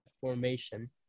formation